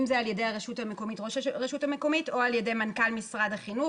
אם זה על ידי ראש הרשות המקומית או על ידי מנכ"ל משרד החינוך,